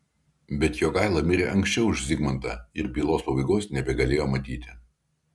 bet jogaila mirė anksčiau už zigmantą ir bylos pabaigos nebegalėjo matyti